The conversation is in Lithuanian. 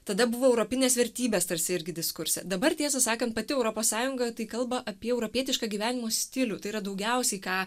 tada buvo europinės vertybės tarsi irgi diskurse dabar tiesą sakant pati europos sąjunga tai kalba apie europietišką gyvenimo stilių tai yra daugiausiai ką